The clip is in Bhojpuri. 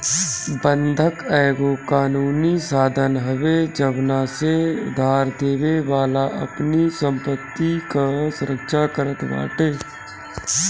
बंधक एगो कानूनी साधन हवे जवना से उधारदेवे वाला अपनी संपत्ति कअ सुरक्षा करत बाटे